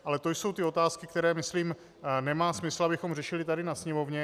Ale to jsou otázky, které myslím nemá smysl, abychom řešili tady na sněmovně.